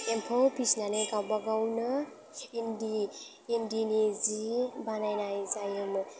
एम्फौ फिसिनानै गावबा गावनो इन्दि इन्दिनि जि बानायनाय जायोमोन